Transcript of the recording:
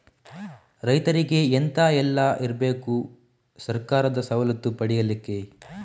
ರೈತರಿಗೆ ಎಂತ ಎಲ್ಲ ಇರ್ಬೇಕು ಸರ್ಕಾರದ ಸವಲತ್ತು ಪಡೆಯಲಿಕ್ಕೆ?